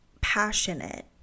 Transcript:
passionate